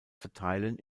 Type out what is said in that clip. verteilen